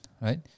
right